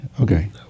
Okay